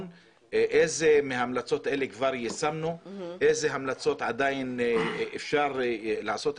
ולברר איזה המלצות כבר יישמנו ואיזה המלצות עדיין אפשר לעשות.